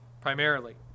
primarily